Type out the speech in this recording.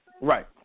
Right